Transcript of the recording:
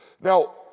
Now